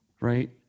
right